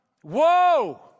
Whoa